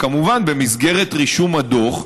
כמובן, במסגרת רישום הדוח,